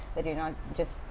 that you're not. just.